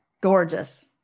Gorgeous